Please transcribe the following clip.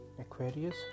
aquarius